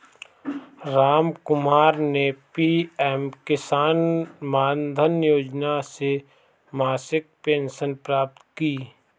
रामकुमार ने पी.एम किसान मानधन योजना से मासिक पेंशन प्राप्त की